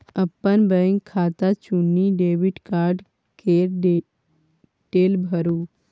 अपन बैंक खाता चुनि डेबिट कार्ड केर डिटेल भरु